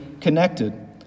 connected